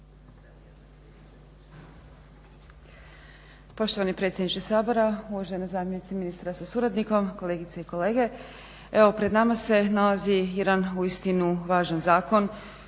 Poštovani predsjedniče Sabora, uvažena zamjenice ministra sa suradnikom, kolegice i kolege. Evo pred nama se nalazi jedan uistinu važan zakon